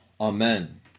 Amen